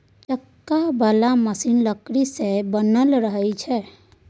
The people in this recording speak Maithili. चक्का बला मशीन लकड़ी सँ बनल रहइ छै